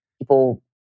people